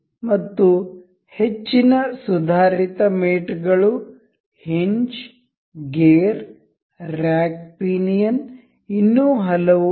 ಮತ್ತು ಹೆಚ್ಚಿನ ಸುಧಾರಿತ ಮೇಟ್ಗಳು ಹಿಂಜ್ ಗೇರ್ ರ್ಯಾಕ್ ಪಿನಿಯನ್ ಇನ್ನೂ ಹಲವು ಇವೆ